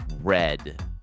red